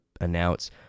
announce